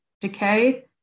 decay